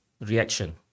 reaction